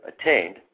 attained